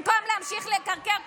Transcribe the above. במקום להמשיך לקרקר פה,